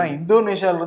Indonesia